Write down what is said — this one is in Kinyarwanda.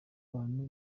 w’abantu